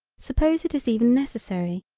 suppose it is even necessary,